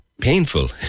painful